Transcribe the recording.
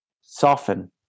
soften